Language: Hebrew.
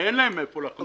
שאין להם איפה לחנות.